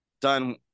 done